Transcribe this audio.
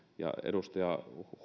ja edustaja